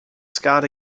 scott